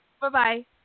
Bye-bye